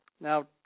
Now